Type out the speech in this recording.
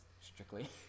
strictly